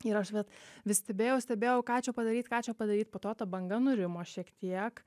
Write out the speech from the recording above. ir aš vat vis stebėjausi stebėjau ką čia padaryt ką čia padaryt po to ta banga nurimo šiek tiek